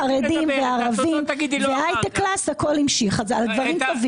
חרדים וערבים בהייטק ימשיכו.